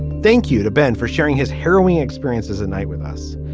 thank you to ben for sharing his harrowing experiences and night with us.